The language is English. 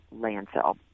landfill